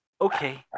okay